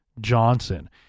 Johnson